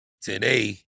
today